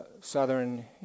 Southern